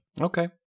Okay